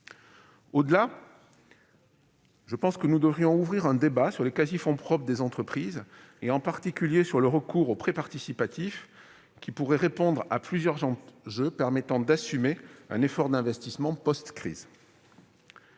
Au-delà, je pense que nous devrions ouvrir un débat sur les quasi-fonds propres des entreprises, en particulier sur le recours aux prêts participatifs, qui pourraient répondre à plusieurs enjeux afin d'assumer un effort d'investissement post-crise.